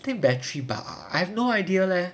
I think battery bah I have no idea leh